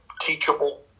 teachable